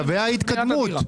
שלבי ההתקדמות.